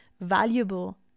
valuable